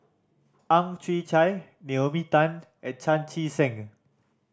Ang Chwee Chai Naomi Tan and Chan Chee Seng